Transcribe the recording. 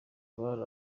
abari